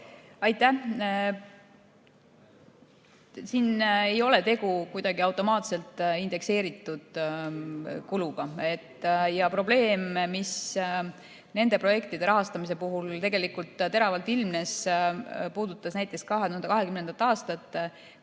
Aitäh! Siin ei ole tegu kuidagi automaatselt indekseeritud kuluga. Probleem, mis nende projektide rahastamise puhul tegelikult teravalt ilmnes, puudutas näiteks 2020. aastat,